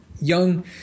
Young